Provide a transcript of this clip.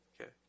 Okay